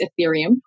Ethereum